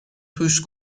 توش